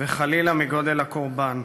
וחלילה מגודל הקורבן.